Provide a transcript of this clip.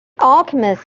alchemist